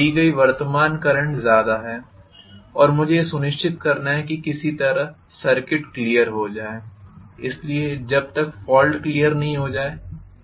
ली गई वर्तमान करंट ज़्यादा है और मुझे यह सुनिश्चित करना है कि किसी तरह सर्किट क्लीयर हो जाए इसलिए जब तक फॉल्ट क्लियर नहीं हो जाए